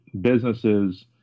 businesses